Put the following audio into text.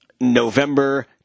november